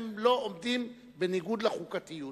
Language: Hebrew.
הם לא עומדים בניגוד לחוקתיות,